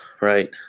right